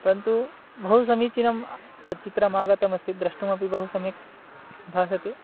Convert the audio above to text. परन्तु बहु समीचीनं तच्चित्रम् आगतमस्ति द्रष्टुमपि बहु सम्यक् भासते